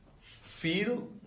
feel